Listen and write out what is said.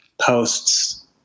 posts